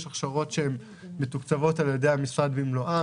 יש הכשרות שהן מתוקצבות על-ידי המשרד במלואן.